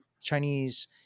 Chinese